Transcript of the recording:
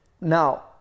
Now